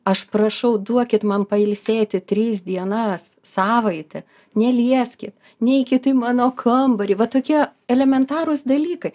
aš prašau duokit man pailsėti tris dienas savaitę nelieskit neikit į mano kambarį va tokie elementarūs dalykai